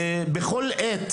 בכל עת,